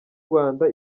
rwanda